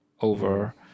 over